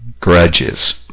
grudges